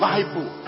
Bible